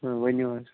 ؤنِو حظ